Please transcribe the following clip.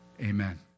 Amen